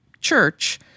church